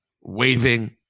waving